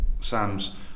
Sam's